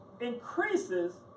increases